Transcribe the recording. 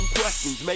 questions